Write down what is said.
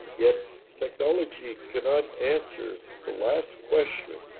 yet technology cannot answer the last question